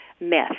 myth